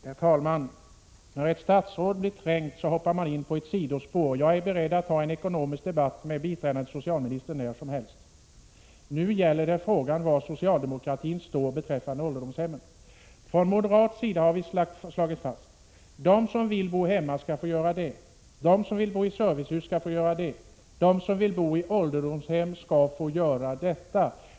Herr talman! När ett statsråd blir trängd hoppar han in på ett sidospår. Jag är beredd att ta en ekonomisk debatt med biträdande socialministern när som helst. Nu gäller det frågan var socialdemokratin står beträffande ålderdoms 37 hemmen. Från moderat sida har vi slagit fast: De som vill bo hemma skall få göra det. De som vill bo i servicehus skall få göra det. De som vill bo i ålderdomshem skall få göra det.